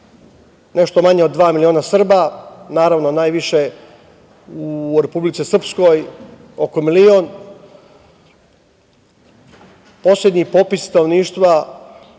nešto manje od dva miliona Srba. Naravno, najviše u Republici Srpskoj, oko milion. Poslednji popisi stanovništva